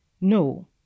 no